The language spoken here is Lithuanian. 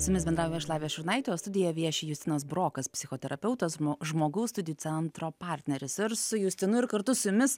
su jumis bendrauju aš lavija šurnaitė o studijoje vieši justinas brokas psichoterapeutas žmogaus studijų centro partneris ir su justinu ir kartu su jumis